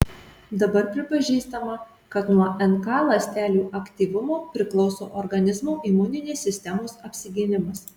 dabar pripažįstama kad nuo nk ląstelių aktyvumo priklauso organizmo imuninės sistemos apsigynimas